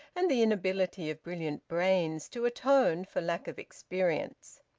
and the inability of brilliant brains to atone for lack of experience.